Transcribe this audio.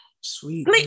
Sweet